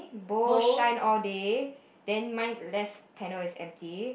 bowl shine all day then mine left panel is empty